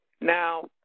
Now